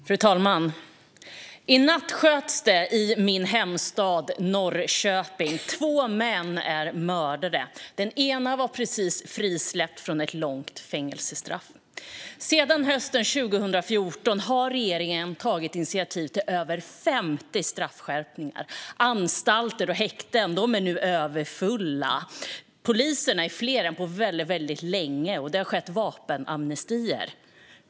Fru talman! I natt sköts det i min hemstad Norrköping. Två män är mördade. Den ene var precis frisläppt från ett långt fängelsestraff. Sedan hösten 2014 har regeringen tagit initiativ till över 50 straffskärpningar. Anstalter och häkten är nu överfulla. Poliserna är fler än på väldigt länge, och det har skett vapenamnestier.